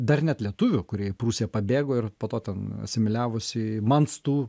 dar net lietuvių kurie į prūsiją pabėgo ir po to ten asimiliavosi manstų